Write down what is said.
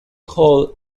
hall